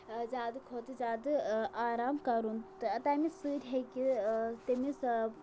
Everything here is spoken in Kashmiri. زیادٕ کھۄتہٕ زیادٕ آرام کَرُن تہٕ تَمہِ سۭتۍ ہیٚکہِ تٔمِس